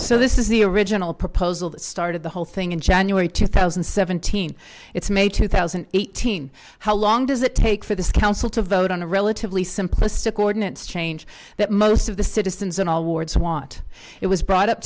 so this is the original proposal that started the whole thing in january two thousand and seventeen it's may two thousand and eighteen how long does it take for this council to vote on a relatively simplistic ordinance change that most of the citizens in all wards want it was brought up